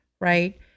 right